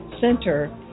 center